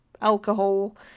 alcohol